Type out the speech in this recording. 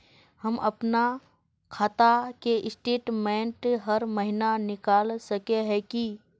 हम अपना खाता के स्टेटमेंट हर महीना निकल सके है की?